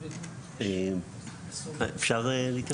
אפשר להתעדכן?